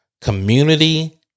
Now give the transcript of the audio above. Community